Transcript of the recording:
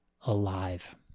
alive